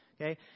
okay